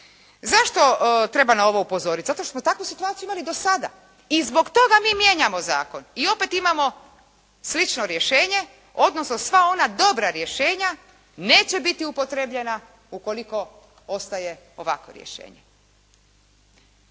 Zašto treba na ovo upozoriti? Zato što smo takvu situaciju imali do sada i zbog toga mi mijenjamo zakon i opet imamo slično rješenje, odnosno sva ona dobra rješenja neće biti upotrijebljena ukoliko ostaje ovakvo rješenje.